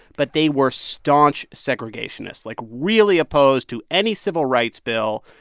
but they were staunch segregationists, like, really opposed to any civil rights bill.